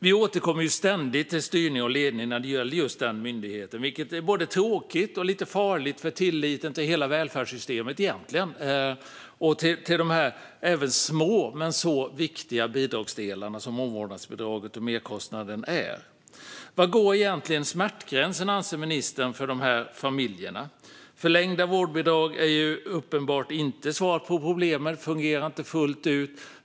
Vi återkommer ständigt till styrning och ledning när det gäller just denna myndighet, vilket är både tråkigt och lite farligt för tilliten till hela välfärdssystemet och även till de små men viktiga bidragsdelarna, såsom omvårdnadsbidraget och merkostnadsersättningen. Var går egentligen smärtgränsen, anser ministern, för familjerna? Förlängda vårdbidrag är uppenbarligen inte svaret på problemen och fungerar inte fullt ut.